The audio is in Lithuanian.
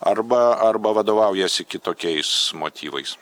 arba arba vadovaujasi kitokiais motyvais